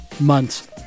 months